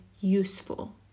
useful